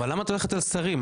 אבל למה את הולכת על שרים,